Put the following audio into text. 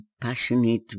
passionate